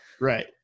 Right